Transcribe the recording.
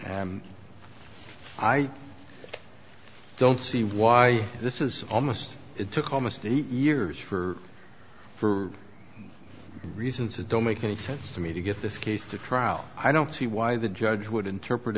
and i don't see why this is almost it took almost eight years for for reasons that don't make any sense to me to get this case to trial i don't see why the judge would interpret